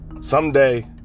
someday